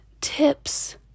tips